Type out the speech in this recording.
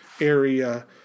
area